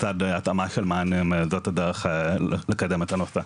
לצד התאמה של מענים זאת הדרך לקדם את הנושא.